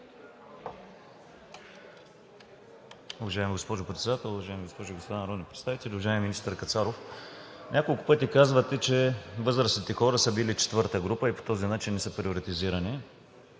Уважаема госпожо Председател, уважаеми госпожи и господа народни представители! Уважаеми министър Кацаров, няколко пъти казвате, че възрастните хора са били четвърта група и по този начин не са приоритизирани.